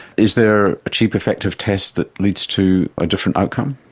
is there a cheap effective test that leads to a different outcome?